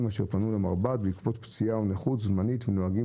אשר פנו למרב"ד בעקבות פציעה או נכות זמנית הנוהגים